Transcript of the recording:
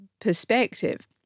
perspective